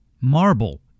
marble